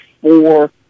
four